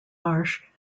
marsh